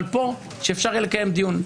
פה שאפשר יהיה לקיים דיון.